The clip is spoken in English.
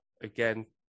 again